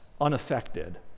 unaffected